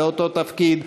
באותו תפקיד,